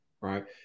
right